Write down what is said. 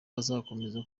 bazakomeza